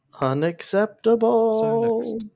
Unacceptable